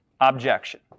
objection